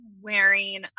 wearing